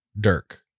Dirk